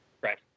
Right